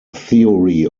theory